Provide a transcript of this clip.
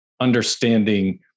understanding